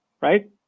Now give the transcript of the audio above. right